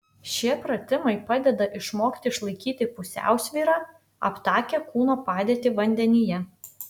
šie pratimai padeda išmokti išlaikyti pusiausvyrą aptakią kūno padėtį vandenyje